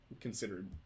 considered